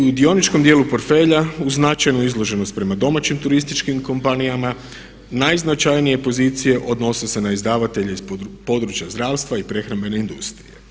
U dioničkom dijelu portfelja uz značajnu izloženost prema domaćih turističkim kompanijama najznačajnije pozicije odnose se na izdavatelje iz područja zdravstva i prehrambene industrije.